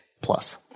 plus